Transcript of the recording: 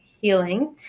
healing